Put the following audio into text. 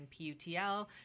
PUTL